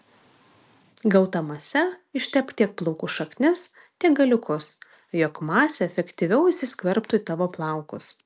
gauta mase ištepk tiek plaukų šaknis tiek galiukus jog masė efektyviau įsiskverbtų į tavo plaukus